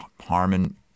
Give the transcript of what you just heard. Harmon